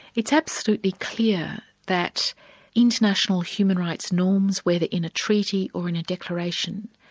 it's absolutely clear that international human rights norms whether in a treaty or in a declaration,